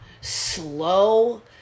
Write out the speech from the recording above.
Slow